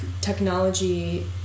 technology